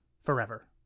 forever